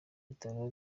bitaro